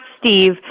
Steve